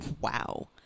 wow